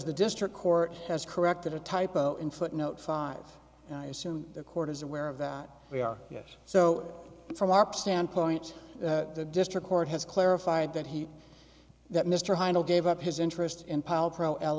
the district court has corrected a typo in footnote five and i assume the court is aware of that we are yes so from our standpoint the district court has clarified that he that mr hines gave up his interest in